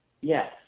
Yes